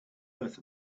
earth